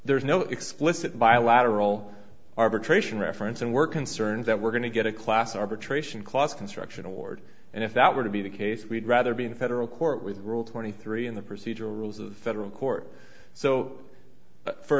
there's no explicit bilateral arbitration reference and we're concerned that we're going to get a class arbitration clause construction award and if that were to be the case we'd rather be in federal court with the rule twenty three in the procedural rules of federal court so for